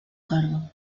cargo